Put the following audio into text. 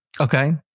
Okay